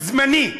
זמני,